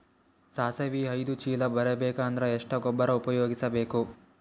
ಸಾಸಿವಿ ಐದು ಚೀಲ ಬರುಬೇಕ ಅಂದ್ರ ಎಷ್ಟ ಗೊಬ್ಬರ ಉಪಯೋಗಿಸಿ ಬೇಕು?